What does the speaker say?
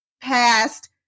past